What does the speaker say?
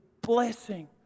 blessing